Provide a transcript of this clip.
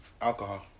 alcohol